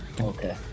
Okay